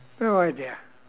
no idea